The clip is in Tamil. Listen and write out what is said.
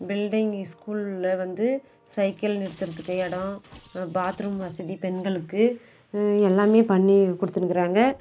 பில்டிங்கு ஸ்கூலில் வந்து சைக்கிள் நிறுத்துறத்துக்கு எடம் பாத்ரூம் வசதி பெண்களுக்கு எல்லாமே பண்ணி கொடுத்துனுக்குறாங்க